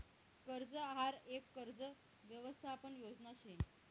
कर्ज आहार यक कर्ज यवसथापन योजना शे